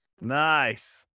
Nice